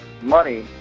money